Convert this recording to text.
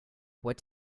what